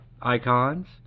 Icons